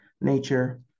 nature